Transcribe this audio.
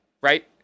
right